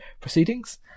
proceedings